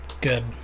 good